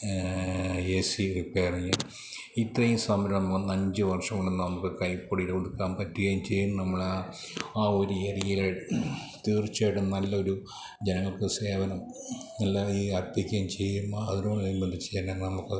A C repairing ഇത്രയും സംരഭം അഞ്ച് വർഷം കൊണ്ട് നമുക്ക് കൈപ്പിടിയിൽ ഒതുക്കാൻ പറ്റുകയും ചെയ്യും നമ്മൾ ആ ആ ഒരു ഏരിയയിൽ തീർച്ചയായിട്ടും നല്ലൊരു ജനങ്ങൾക്ക് സേവനം എല്ലാം ഈ അർപ്പിക്കുകയും ചെയ്യും അതിനോട് അനുബന്ധിച്ച് തന്നെ നമുക്ക്